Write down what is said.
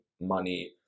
money